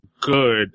good